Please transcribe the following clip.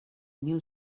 mil